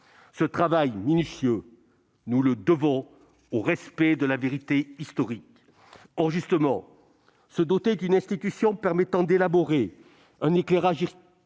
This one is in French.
Ce travail minutieux, nous le devons au respect de la vérité historique. Or, justement, se doter d'une institution permettant d'élaborer un éclairage historique,